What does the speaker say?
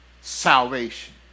salvation